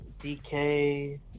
DK